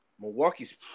Milwaukee's